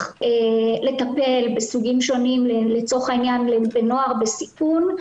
לטפל בסוגים שונים לצורך העניין בנוער בסיכון,